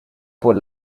por